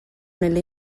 nelle